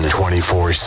24